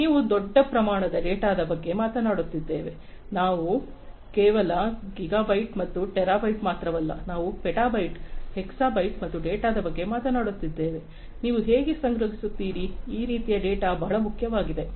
ಆದ್ದರಿಂದ ನಾವು ದೊಡ್ಡ ಪ್ರಮಾಣದ ಡೇಟಾದ ಬಗ್ಗೆ ಮಾತನಾಡುತ್ತಿದ್ದೇವೆ ನಾವು ಕೇವಲ ಗಿಗಾಬೈಟ್ಗಳು ಮತ್ತು ಟೆರಾಬೈಟ್ಗಳಲ್ಲಿ ಮಾತ್ರವಲ್ಲ ನಾವು ಪೆಟಾಬೈಟ್ಗಳು ಹೆಕ್ಸಾಬೈಟ್ಗಳು ಮತ್ತು ಡೇಟಾದ ಬಗ್ಗೆ ಮಾತನಾಡುತ್ತಿದ್ದೇವೆ ನೀವು ಹೇಗೆ ಸಂಗ್ರಹಿಸುತ್ತೀರಿ ಆ ರೀತಿಯ ಡೇಟಾ ಬಹಳ ಮುಖ್ಯವಾಗಿದೆ